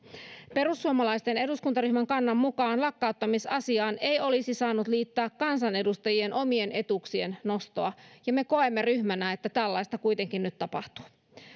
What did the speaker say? perussuomalaisten eduskuntaryhmän kannan mukaan lakkauttamisasiaan ei olisi saanut liittää kansanedustajien omien etuuksien nostoa ja me koemme ryhmänä että tällaista kuitenkin nyt tapahtuu